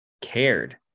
cared